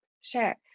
Sure